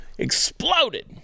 exploded